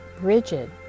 rigid